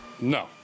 no